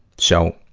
so,